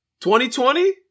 2020